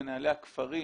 מנהלי הכפרים.